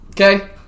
Okay